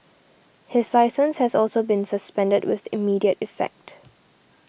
his licence has also been suspended with immediate effect